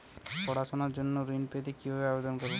পড়াশুনা জন্য ঋণ পেতে কিভাবে আবেদন করব?